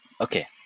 okay